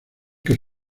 que